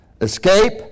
escape